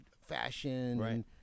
fashion